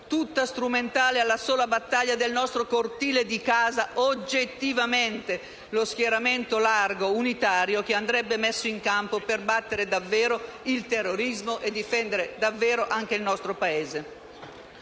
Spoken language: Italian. tutta strumentale alla sola battaglia del nostro "cortile" di casa, lo schieramento largo e unitario che andrebbe messo in campo per battere davvero il terrorismo e difendere il nostro Paese.